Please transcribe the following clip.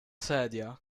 sedia